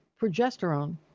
progesterone